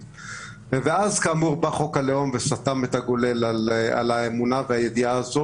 ואז בא חוק הלאום וסתם את הגולל על האמונה ועל ההתקדמות.